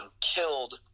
killed